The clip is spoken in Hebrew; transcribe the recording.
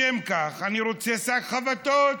לשם כך אני רוצה שק חבטות,